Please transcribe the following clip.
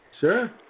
Sure